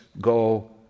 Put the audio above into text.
go